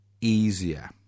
easier